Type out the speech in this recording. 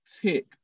tick